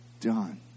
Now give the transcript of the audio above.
done